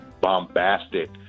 bombastic